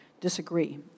disagree